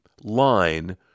line